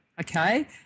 Okay